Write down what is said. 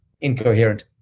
incoherent